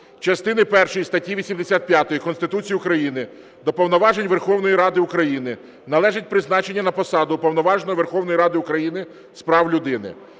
частини першої статті 85 Конституції України до повноважень Верховної Ради України належить призначення на посаду Уповноваженого Верховної Ради України з прав людини.